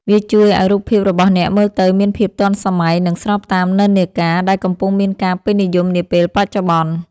វាជួយឱ្យរូបភាពរបស់អ្នកមើលទៅមានភាពទាន់សម័យ និងស្របតាមនិន្នាការ ដែលកំពុងមានការពេញនិយមនាពេលបច្ចុប្បន្ន។